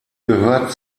gehört